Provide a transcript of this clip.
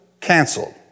canceled